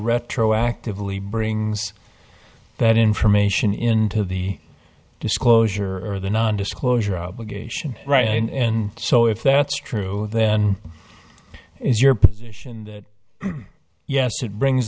retroactively brings that information into the disclosure or the nondisclosure obligation right and so if that's true then it is your position that yes it brings